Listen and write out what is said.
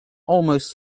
almost